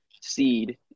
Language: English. seed